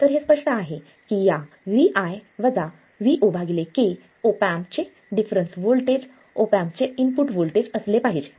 तर हे स्पष्ट आहे की या Vi Vo k ऑप एम्पचे डिफरन्स व्होल्टेज ऑप एम्पचे इनपुट व्होल्टेज असले पाहिजे